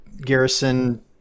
garrison